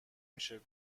میشه